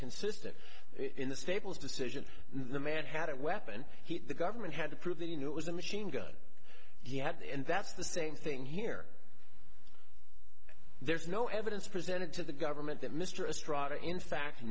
consistent in the stables decision the man had a weapon he the government had to prove that he knew it was a machine gun he had and that's the same thing here there's no evidence presented to the government that mr estrada in fact